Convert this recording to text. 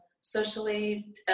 socially